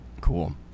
Cool